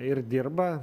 ir dirba